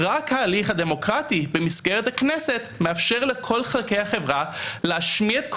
רק ההליך הדמוקרטי במסגרת הכנסת מאפשר לכל לחלקי החברה להשמיע את קולם,